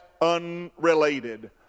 unrelated